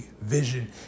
vision